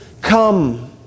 come